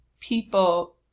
people